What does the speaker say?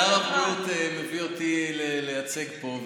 שר הבריאות מביא אותי לייצג פה,